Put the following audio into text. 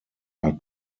are